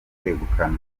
kwegukana